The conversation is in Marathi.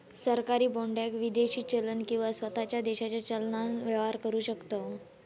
सरकारी बाँडाक विदेशी चलन किंवा स्वताच्या देशाच्या चलनान व्यवहार करु शकतव